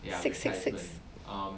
six six six